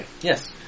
Yes